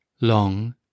long